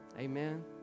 Amen